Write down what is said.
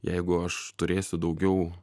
jeigu aš turėsiu daugiau